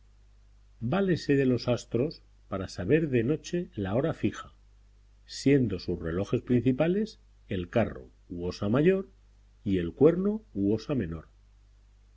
agosto válese de los astros para saber de noche la hora fija siendo sus relojes principales el carro u osa mayor y el cuerno u osamenor